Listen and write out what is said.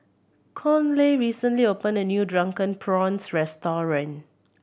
Conley recently opened a new Drunken Prawns restaurant